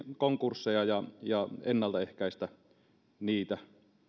konkursseja ja ennaltaehkäistä niitä